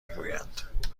میگویند